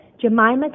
Jemima